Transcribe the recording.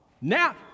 now